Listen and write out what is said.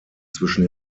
zwischen